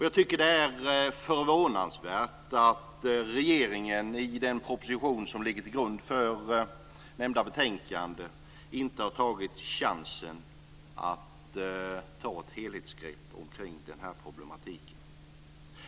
Jag tycker att det är förvånansvärt att regeringen i den proposition som ligger till grund för nämnda betänkande inte har tagit chansen att ta ett helhetsgrepp om den här problematiken.